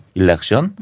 election